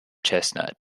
chestnut